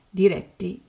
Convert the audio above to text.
diretti